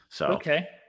Okay